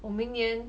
我明年